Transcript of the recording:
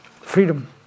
Freedom